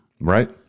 Right